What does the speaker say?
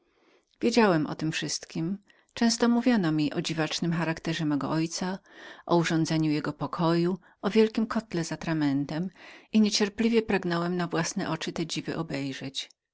wiedziałem o tem wszystkiem często mówiono mi o dziwacznym charakterze mego ojca o urządzeniu jego domu o wielkim kotle z atramentem i niecierpliweniecierpliwie pragnąłem na własne oczy te dziwy obejrzeć